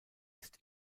ist